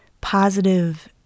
positive